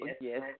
Yes